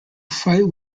fight